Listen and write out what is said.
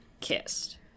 Kissed